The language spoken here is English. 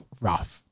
Rough